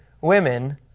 women